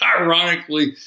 ironically